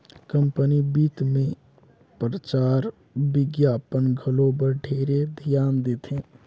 company बित मे परचार बिग्यापन घलो बर ढेरे धियान देथे